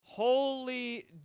Holy